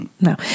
no